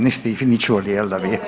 Niste ih ni čuli jel da?